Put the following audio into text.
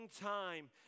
time